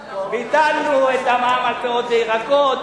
ביטלנו את המע"מ על פירות וירקות,